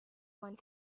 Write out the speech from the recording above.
one